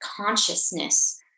consciousness